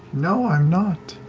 no, i'm not.